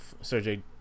Sergey